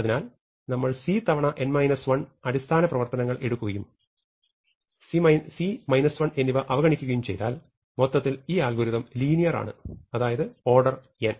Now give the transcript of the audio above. അതിനാൽ നമ്മൾ c തവണ n 1 അടിസ്ഥാന പ്രവർത്തനങ്ങൾ എടുക്കുകയും c 1 എന്നിവ അവഗണിക്കുകയും ചെയ്താൽ മൊത്തത്തിൽ ഈ അൽഗോരിതം linear ആണ് അതായത് ഓർഡർ n